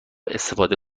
استفاده